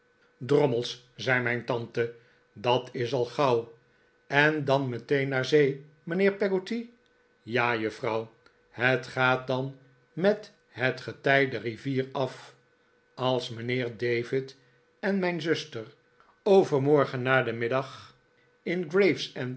drommels zei mijn tante dat is al gauw en dan meteen naar zee mijnheer peggotty ja juffrouw het gaat dan met het getij de rivier af als mijnheer david en mijn zuster overmorgen na den middag